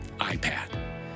iPad